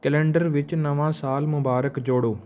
calendar ਵਿੱਚ ਨਵਾਂ ਸਾਲ ਮੁਬਾਰਕ ਜੋੜੋ